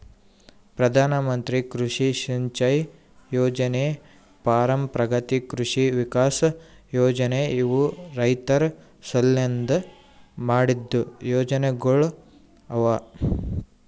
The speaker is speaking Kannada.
ಪ್ರಧಾನ ಮಂತ್ರಿ ಕೃಷಿ ಸಿಂಚೈ ಯೊಜನೆ, ಪರಂಪ್ರಗತಿ ಕೃಷಿ ವಿಕಾಸ್ ಯೊಜನೆ ಇವು ರೈತುರ್ ಸಲೆಂದ್ ಮಾಡಿದ್ದು ಯೊಜನೆಗೊಳ್ ಅವಾ